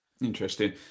Interesting